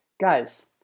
Guys